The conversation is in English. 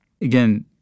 Again